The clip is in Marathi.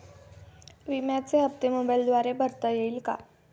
विम्याचे हप्ते मोबाइलद्वारे भरता येतील का?